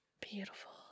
beautiful